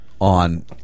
on